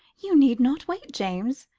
you need not wait, james.